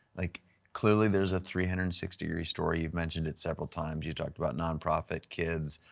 like clearly there's a three hundred and sixty degree story, you've mentioned it several times. you talked about non-profit, kids,